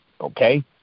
okay